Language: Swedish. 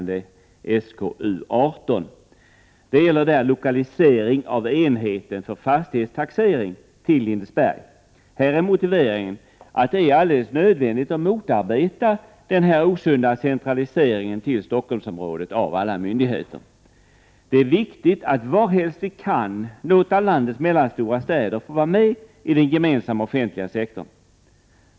Den gäller lokalisering av enheten för fastighetstaxering till Lindesberg. Här är motiveringen att det är alldeles nödvändigt att motarbeta den osunda centraliseringen till Stockholmsområdet av alla myndigheter. Det är viktigt att varhelst vi kan låta landets mellanstora städer vara med i den gemensamma, offentliga sektorn.